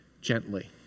gently